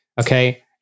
Okay